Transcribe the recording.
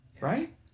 right